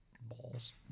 Balls